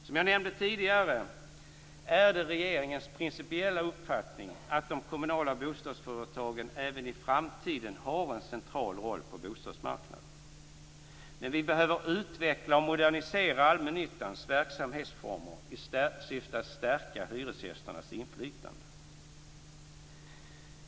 Som jag nämnde tidigare är det regeringens principiella uppfattning att de kommunala bostadsföretagen även i framtiden har en central roll på bostadsmarknaden. Men vi behöver utveckla och modernisera allmännyttans verksamhetsformer i syfte att stärka hyresgästernas inflytande.